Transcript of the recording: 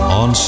on